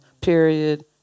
period